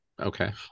Okay